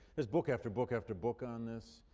there's book after book after book on this,